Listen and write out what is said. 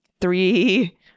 three